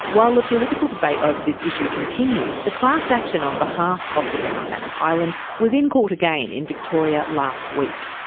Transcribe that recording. while the political debate over this issue continues, the class action on behalf of the men on manus island was in court again in victoria last week.